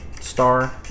Star